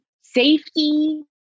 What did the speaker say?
safety